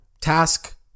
task